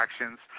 actions